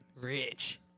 Rich